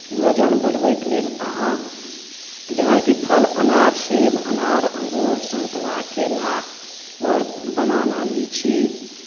वजन बढ़बैके लेल अहाँ जेना कि फल अनार सेब अनार अंगूर संतरा केरा आओर बनाना लीची